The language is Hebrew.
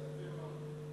בשבילי לעמוד היום כאן